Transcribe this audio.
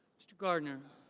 mr. gardner.